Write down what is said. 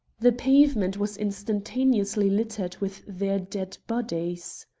the pavement was instantaneously littered with their dead bodies.